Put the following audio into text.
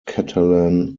catalan